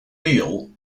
meal